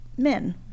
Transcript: Men